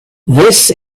this